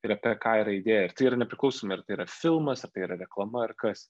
ir apie ką yra idėja ir tai yra neprikausomai ar tai yra filmas ar tai yra reklama ar kas